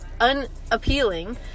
unappealing